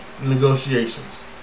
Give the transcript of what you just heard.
negotiations